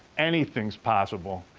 anything's possible.